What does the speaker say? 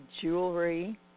jewelry